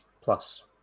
Plus